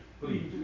please